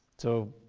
so,